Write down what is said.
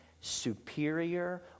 superior